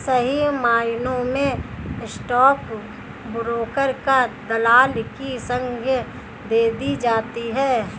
सही मायनों में स्टाक ब्रोकर को दलाल की संग्या दे दी जाती है